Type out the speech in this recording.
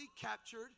captured